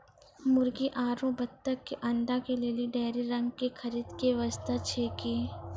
मुर्गी आरु बत्तक के अंडा के लेली डेयरी रंग के खरीद के व्यवस्था छै कि?